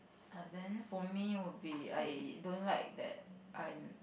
err then for me would be I don't like that I'm